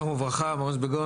מעוז ביגון,